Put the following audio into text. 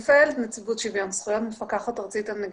השירות מנציבות שוויון לאנשים עם מוגבלות ומיד אחריה נשמע את יובל וגנר,